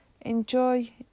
Enjoy